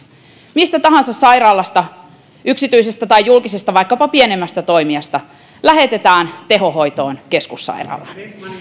mistä tahansa sairaalasta yksityisestä tai julkisesta vaikkapa pienemmästä toimijasta lähetetään tehohoitoon keskussairaalaan